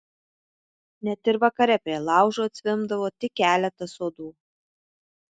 net ir vakare prie laužo atzvimbdavo tik keletas uodų